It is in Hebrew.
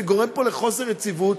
זה גורם פה לחוסר יציבות.